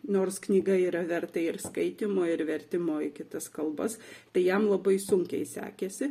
nors knyga yra verta ir skaitymo ir vertimo į kitas kalbas tai jam labai sunkiai sekėsi